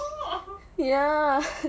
ya